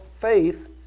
faith